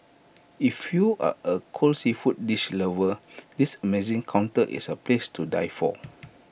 if you are A cold seafood dish lover this amazing counter is A place to die for